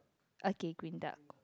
ok green duck